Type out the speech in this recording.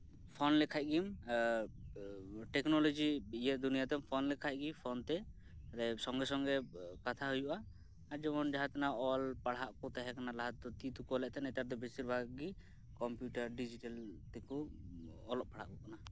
phone ᱞᱮᱠᱷᱟᱱ ᱜᱮᱢ technology ᱫᱩᱱᱤᱭᱟᱹᱛᱮᱢ ᱯᱷᱳᱱ ᱞᱮᱠᱷᱟᱱ ᱜᱮ ᱯᱷᱳᱱ ᱛᱮ ᱵᱚᱞᱮ ᱥᱚᱸᱜᱮ ᱥᱚᱸᱜᱮ ᱠᱟᱛᱷᱟ ᱦᱩᱭᱩᱜᱼᱟ ᱟᱨ ᱡᱮᱢᱚᱱ ᱡᱟᱦᱟᱸ ᱛᱮᱱᱟᱜ ᱚᱞ ᱯᱟᱲᱦᱟᱜ ᱠᱚ ᱛᱟᱦᱮᱸ ᱠᱟᱱᱟ ᱞᱟᱦᱟᱛᱮ ᱛᱤ ᱛᱮᱠᱚ ᱚᱞ ᱞᱮᱫ ᱛᱟᱦᱮᱸᱫ ᱱᱮᱛᱟᱨ ᱫᱚ ᱵᱮᱥᱤᱨ ᱵᱷᱟᱜ ᱜᱮ ᱠᱚᱢᱯᱤᱭᱩᱴᱟᱨ ᱰᱤᱡᱤᱴᱟᱞ ᱛᱮᱠᱚ ᱚᱞᱚᱜ ᱯᱟᱲᱟᱦᱟᱜ ᱠᱟᱱᱟ